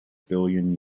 billion